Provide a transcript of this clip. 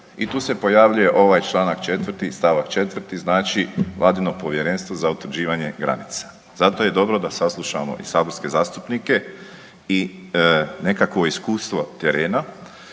i tu se pojavljuje ovaj čl. 4. st. 4., znači Vladino Povjerenstvo za utvrđivanje granica. Zato je dobro da saslušamo i saborske zastupnike i nekakvo iskustvo terena